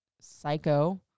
psycho